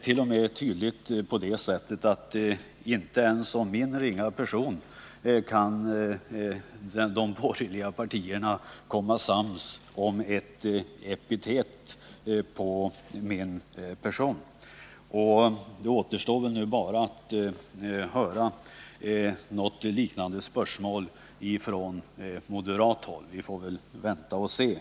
Inte ens beträffande min ringa person kan tydligen de borgerliga partierna komma sams om ett epitet. Nu återstår väl bara att höra en liknande kommentar från moderat håll. Vi får väl vänta och se.